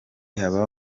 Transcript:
haba